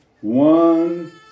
one